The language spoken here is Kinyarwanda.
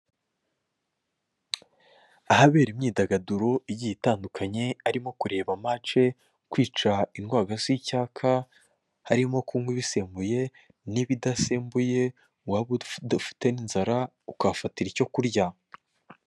Ahabera imyidagaduro igiye itandukanye harimo kureba match, kwica indwagasi y'icyaka, harimo kunywa ibisembuye n'ibidasembuye waba udafite n'inzara ukafatira ibyo kurya.